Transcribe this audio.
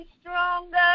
stronger